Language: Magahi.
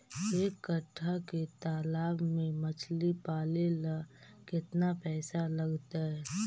एक कट्ठा के तालाब में मछली पाले ल केतना पैसा लगतै?